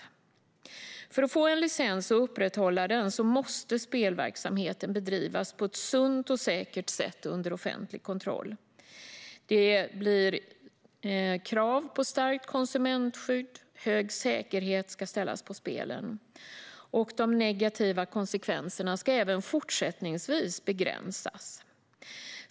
För att ett spelbolag ska få en licens och upprätthålla den måste spelverksamheten bedrivas på ett sunt och säkert sätt och under offentlig kontroll. Det kommer att ställas krav på stärkt konsumentskydd och hög säkerhet. De negativa konsekvenserna ska även fortsättningsvis begränsas.